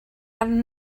arnyn